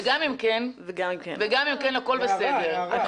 וגם אם כן, הכול בסדר.